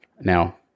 Now